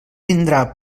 vindrà